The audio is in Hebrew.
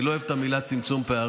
אני לא אוהב את המילים "צמצום פערים",